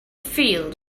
field